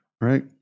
Right